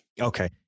Okay